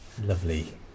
Lovely